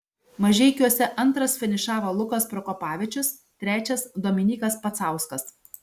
mažeikiuose antras finišavo lukas prokopavičius trečias dominykas pacauskas